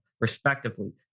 respectively